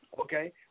okay